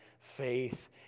faith